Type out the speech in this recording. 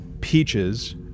peaches